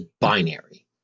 binary